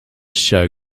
show